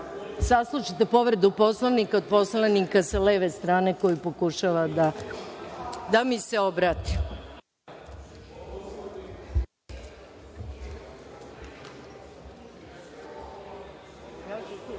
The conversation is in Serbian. saslušate povredu Poslovnika od poslanika sa leve strane koji pokušava da mi se obrati?